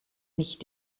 nicht